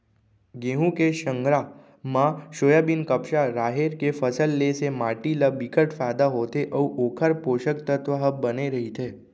गहूँ के संघरा म सोयाबीन, कपसा, राहेर के फसल ले से माटी ल बिकट फायदा होथे अउ ओखर पोसक तत्व ह बने रहिथे